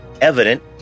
evident